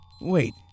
wait